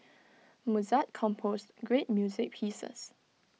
Mozart composed great music pieces